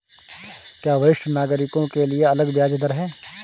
क्या वरिष्ठ नागरिकों के लिए अलग ब्याज दर है?